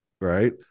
right